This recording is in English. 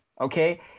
Okay